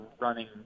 running